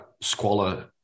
squalor